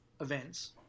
events